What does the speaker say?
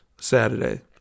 Saturday